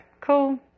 cool